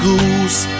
Goose